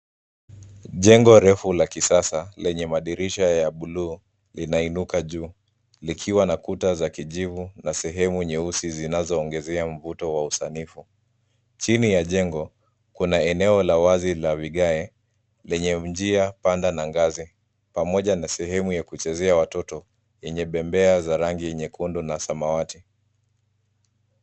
Jengo refu la kisasa, lenye madirisha ya bluu, linainuka juu. Likiwa na kuta za kijivu, na sehemu nyeusi zinazoongezea mvuto wa usanifu. Chini ya jengo, kuna eneo la wazi la vigae lenye njia panda na ngazi, pamoja na sehemu ya kuchezea watoto, yenye bembea za rangi ya nyekundu na samawati.